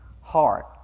heart